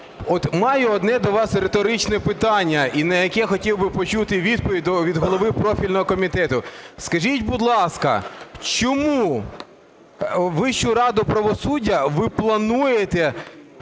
маю одне до вас риторичне питання, і на яке хотів би почути відповідь від голови профільного комітету. Скажіть, будь ласка, чому Вищу раду правосуддя ви плануєте